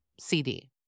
CD